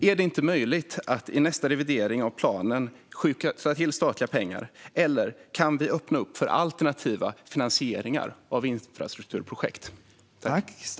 Är det inte möjligt att i nästa revidering av planen skjuta till statliga pengar, eller kan vi öppna för alternativ finansiering av infrastrukturprojekt?